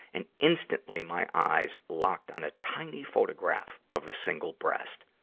and instantly my eyes locked on a tiny photograph of a single breast.